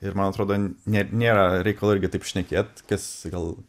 ir man atrodo net nėra reikalo irgi taip šnekėt kas gal